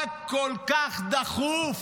מה כל כך דחוף?